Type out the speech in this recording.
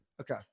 okay